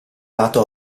lato